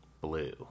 Blue